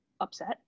upset